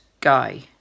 guy